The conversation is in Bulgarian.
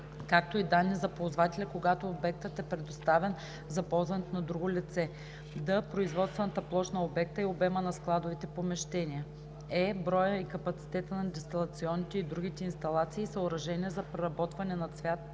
както и данни за ползвателя, когато обектът е предоставен за ползване на друго лице; д) производствената площ на обекта и обема на складовите помещения; е) броя и капацитета на дестилационните и другите инсталации и съоръжения за преработване на цвят